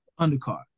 undercard